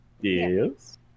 Yes